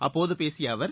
அப்போது பேசிய அவர்